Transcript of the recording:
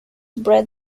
bred